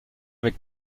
avec